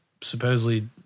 supposedly